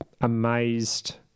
amazed